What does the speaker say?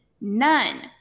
None